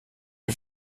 auf